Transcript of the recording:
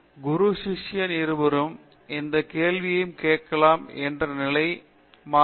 விஸ்வநாதன் இந்திய சூழலில் குரு ஷிஷ்யன் இருவரும் எந்த கேள்வியையும் கேட்கலாம் என்ற நிலை மறைத்துவிட்டது